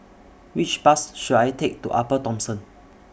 Which Bus should I Take to Upper Thomson